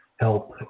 help